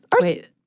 Wait